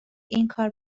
اینکار